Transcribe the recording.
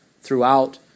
throughout